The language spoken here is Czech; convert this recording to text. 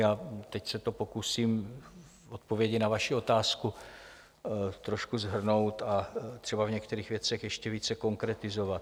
A teď se to pokusím v odpovědi na vaši otázku trošku shrnout a třeba v některých věcech ještě více konkretizovat.